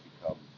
become